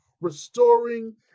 restoring